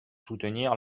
soutenir